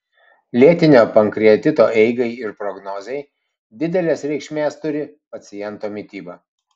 lėtinio pankreatito eigai ir prognozei didelės reikšmės turi paciento mityba